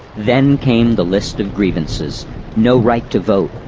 then came the list of grievances no right to vote,